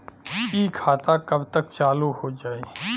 इ खाता कब तक चालू हो जाई?